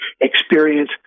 experience